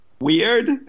weird